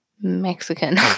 Mexican